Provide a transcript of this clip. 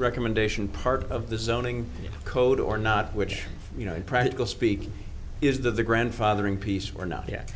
recommendation part of the zoning code or not which you know practical speak is that the grandfathering piece or not yet